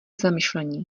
zamyšlení